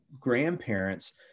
grandparents